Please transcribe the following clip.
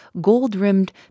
gold-rimmed